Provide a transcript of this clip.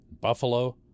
Buffalo